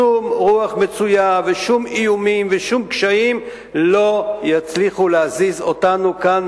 שום רוח מצויה ושום איומים ושום קשיים לא יצליחו להזיז אותנו מכאן,